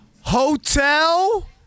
Hotel